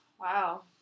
wow